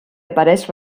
apareix